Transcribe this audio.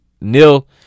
nil